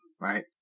right